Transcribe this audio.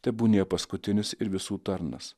tebūnie paskutinis ir visų tarnas